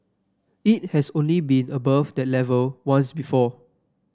it has only been above that level once before